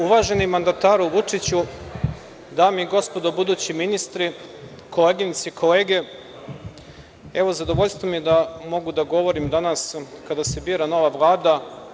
Uvaženi mandataru Vučiću, dame i gospodo budući ministre, koleginice i kolege, zadovoljstvo mi je da mogu da govorim danas kada se bira nova Vlada.